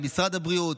למשרד הבריאות,